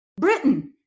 Britain